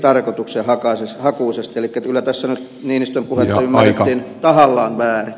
eli kyllä tässä nyt niinistön puhetta ymmärrettiin tahallaan väärin